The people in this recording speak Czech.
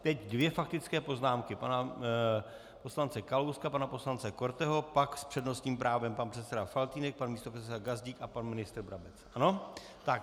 Teď dvě faktické poznámky pana poslance Kalouska, pana poslance Korteho, pak s přednostním právem pan předseda Faltýnek, pan místopředseda Gazdík a pan ministr Babiš.